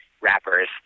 rappers